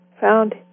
found